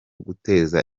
guteza